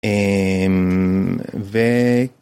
אממ... ו...